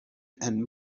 and